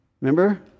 Remember